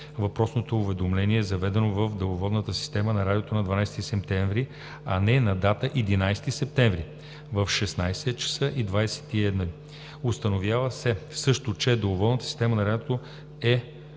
въпросното уведомление е заведено в деловодната система на Радиото на 12 септември, а не на дата 11 септември, в 16,21 ч. Установява се също, че деловодната система на Радиото е